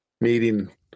meeting